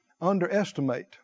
underestimate